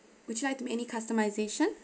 would you like to make any customisation